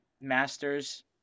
Masters